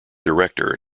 director